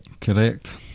correct